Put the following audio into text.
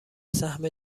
سهم